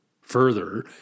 Further